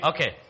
Okay